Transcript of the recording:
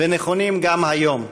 ונכונים גם היום,